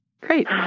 Great